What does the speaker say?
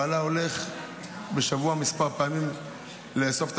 בעלה הולך כמה פעמים בשבוע לאסוף את